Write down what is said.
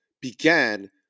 began